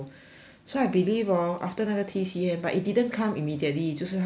so I believe orh after 那个 T_C_M but it didn't come immediately 就是它要等